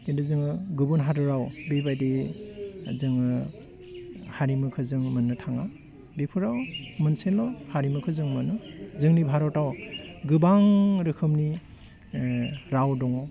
खिन्थु जोङो गुबुन हादराव बेबायदि जोङो हारिमुखौ जों मोन्नो थाङा बेफोराव मोनसेल' हारिमुखौ जों मोनो जोंनि भारताव गोबां रोखोमनि राव दङ